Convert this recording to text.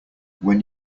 when